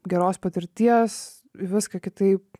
geros patirties į viską kitaip